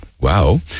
Wow